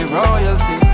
royalty